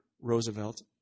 Roosevelt